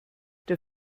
der